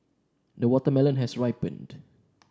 the watermelon has ripened